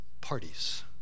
parties